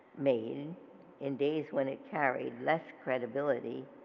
made in days when it carried less credibility